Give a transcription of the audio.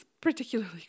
particularly